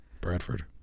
Bradford